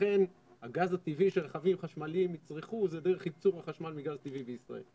לכן הגז הטבעי שרכבים חשמליים יצרכו זה דרך ייצור חשמל מגז טבעי בישראל.